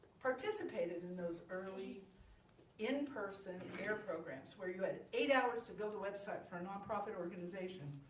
participated and those early in-person air programs, where you had eight hours to build a website for a nonprofit organization.